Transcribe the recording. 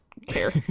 care